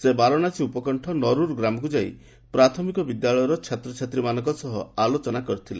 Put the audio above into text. ସେ ବାରାଣସୀ ଉପକଣ୍ଠ ନର୍ରର୍ ଗ୍ରାମକ୍ର ଯାଇ ପ୍ରାଥମିକ ବିଦ୍ୟାଳୟର ଛାତ୍ରଛାତ୍ରୀମାନଙ୍କ ସହ ଆଲୋଚନା କରିଥିଲେ